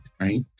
right